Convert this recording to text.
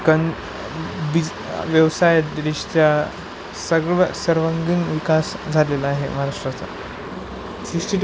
कन बिज व्यवसाय दृष्ट्या सगव सर्वांगीण विकास झालेला आहे महाराष्ट्राचा